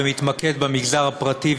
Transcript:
ומתמקד במגזר הפרטי,